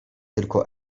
tylko